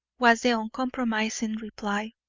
was the uncompromising reply.